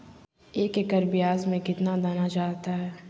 एक एकड़ प्याज में कितना दाना चाहता है?